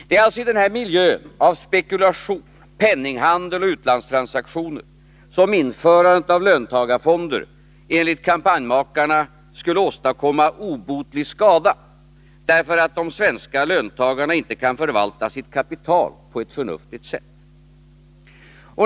Det är alltså i denna miljö av spekulation, penninghandel och utlandstransaktioner som införandet av löntagarfonder enligt kampanjmakarna skulle åstadkomma obotlig skada, därför att de svenska löntagarna inte kan förvalta sitt kapital på ett förnuftigt sätt.